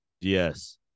Yes